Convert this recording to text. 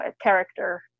character